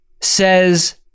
says